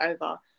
over